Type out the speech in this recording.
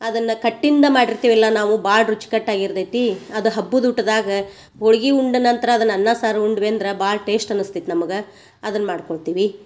ಅದನ್ನ ಕಟ್ಟಿಂದ ಮಾಡಿರ್ತೆವೆಲ್ಲ ನಾವು ಭಾಳ ರುಚಿಕಟ್ಟಾಗಿ ಇರ್ತೈತಿ ಅದು ಹಬ್ಬದೂಟದಾಗ ಹೋಳ್ಗಿ ಉಂಡ ನಂತರ ಅದನ್ನ ಅನ್ನ ಸಾರು ಉಂಡ್ವಿ ಅಂದ್ರ ಭಾಳ ಟೇಶ್ಟ್ ಅನ್ನಸ್ತೈತಿ ನಮ್ಗೆ ಅದನ್ನ ಮಾಡ್ಕೊಳ್ತೀವಿ